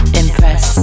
impress